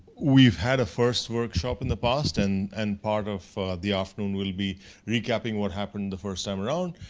we've had a first workshop in the past and and part of the afternoon will be recapping what happened the first time around.